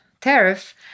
tariff